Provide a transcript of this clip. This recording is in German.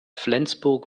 flensburg